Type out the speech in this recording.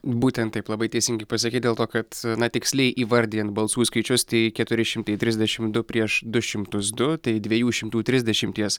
būtent taip labai teisingai pasakei dėl to kad na tiksliai įvardijant balsų skaičius tai keturi šimtai trisdešim du prieš du šimtai du tai dviejų šimtų trisdešimties